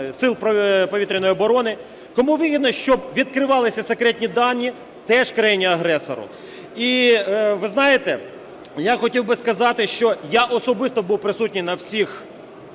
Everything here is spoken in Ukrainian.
сил повітряної оборони, кому вигідно, щоб відкривалися секретні дані. Теж країні-агресору. І ви знаєте, я хотів би сказати, що я особисто був присутній на всіх